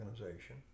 organization